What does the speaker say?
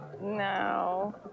No